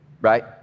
right